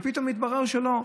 ופתאום מתברר שלא.